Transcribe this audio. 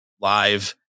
live